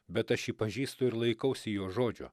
bet aš jį pažįstu ir laikausi jo žodžio